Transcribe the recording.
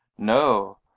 no.